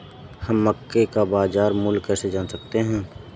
हम मक्के का बाजार मूल्य कैसे जान सकते हैं?